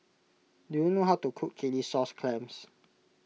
do you know how to cook Chilli Sauce Clams